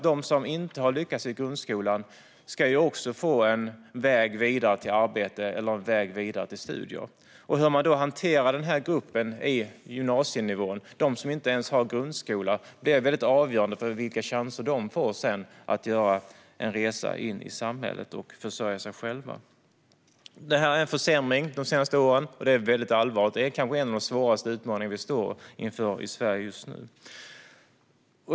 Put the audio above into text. De som inte har lyckats i grundskolan ska ju också få en väg vidare till arbete eller studier. Hur man hanterar denna grupp - dem som inte ens har grundskola - på gymnasienivån blir avgörande för vilka chanser de får att göra en resa in i samhället och försörja sig själva. Det har skett en försämring under de senaste åren, och det är väldigt allvarligt. Detta är kanske en av de svåraste utmaningar som vi står inför i Sverige just nu.